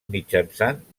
mitjançant